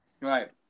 right